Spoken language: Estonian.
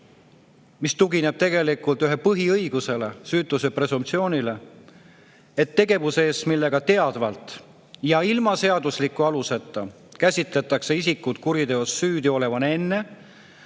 mis tugineb tegelikult ühele põhiõigusele, süütuse presumptsioonile. Tegevuse eest, millega teadvalt ja ilma seadusliku aluseta käsitletakse isikut kuriteos süüdi olevana enne,